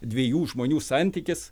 dviejų žmonių santykis